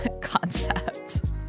concept